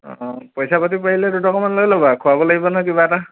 অ পইচা পাতি পাৰিলে দুটকামান লৈ ল'বা খোৱাব লাগিব নহয় কিবা এটা